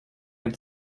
had